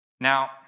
Now